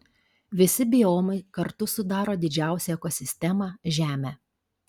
visi biomai kartu sudaro didžiausią ekosistemą žemę